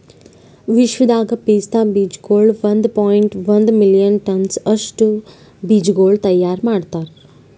ವಿಶ್ವದಾಗ್ ಪಿಸ್ತಾ ಬೀಜಗೊಳ್ ಒಂದ್ ಪಾಯಿಂಟ್ ಒಂದ್ ಮಿಲಿಯನ್ ಟನ್ಸ್ ಅಷ್ಟು ಬೀಜಗೊಳ್ ತೈಯಾರ್ ಮಾಡ್ತಾರ್